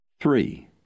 Three